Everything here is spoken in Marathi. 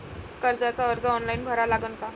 कर्जाचा अर्ज ऑनलाईन भरा लागन का?